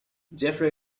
jeffery